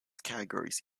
categories